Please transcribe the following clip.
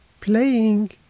playing